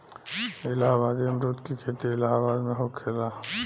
इलाहाबादी अमरुद के खेती इलाहाबाद में होखेला